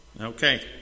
Okay